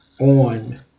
on